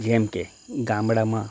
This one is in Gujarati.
જેમકે ગામડામાં